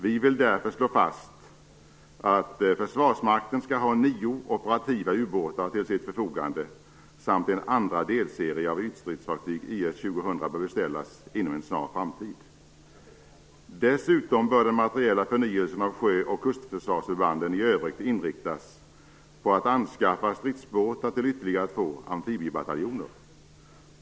Vi vill därför slå fast att försvarsmakten skall ha nio operativa ubåtar till sitt förfogande samt att en andra delserie av ytstridsfartyg YS 2000 bör beställas inom en snar framtid. Dessutom bör den materiella förnyelsen av sjöoch kustförsvarsförbanden i övrigt inriktas på att anskaffa stridsbåtar till ytterligare två amfibiebataljoner.